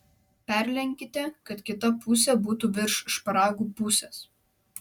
perlenkite kad kita pusė būtų virš šparagų pusės